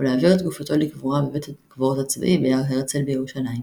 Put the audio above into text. ולהעביר את גופתו לקבורה בבית הקברות הצבאי בהר הרצל בירושלים.